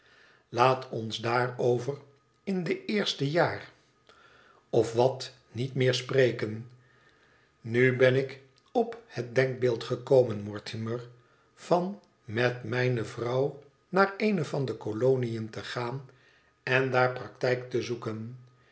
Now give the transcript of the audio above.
laat ons daarover in de eerste jaar of wat niet meer spreken nu ben ik op het denkbeeld gekomen mortimer van met mijne vrouw naar eene van de koloniën te gaan en daar praktijk te zoeken